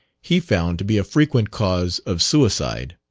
he found to be a frequent cause of suicide.